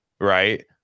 right